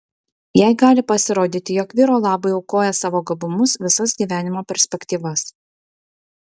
jai gali pasirodyti jog vyro labui aukoja savo gabumus visas gyvenimo perspektyvas